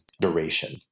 duration